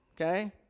okay